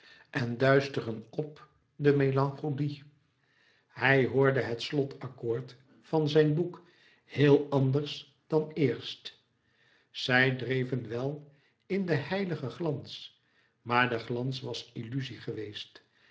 en duisteren p de melancholie hij hoorde het slotakkoord van zijn boek heel anders dan eerst zij dreven wel in den heiligen glans maar de glans was illuzie geweest